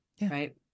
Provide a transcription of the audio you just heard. right